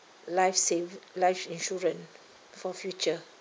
life save life insurance for future